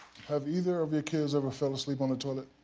have either of your kids ever fell asleep on the toilet?